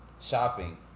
shopping